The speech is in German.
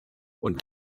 und